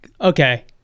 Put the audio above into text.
Okay